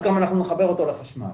אז גם אנחנו נחבר אותו לחשמל,